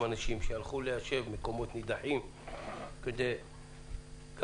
אנשים שהלכו ליישב מקומות נידחים כדי להביא